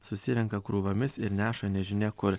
susirenka krūvomis ir neša nežinia kur